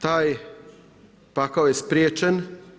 Taj pakao je spriječen.